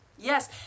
Yes